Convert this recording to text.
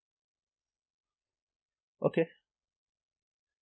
okay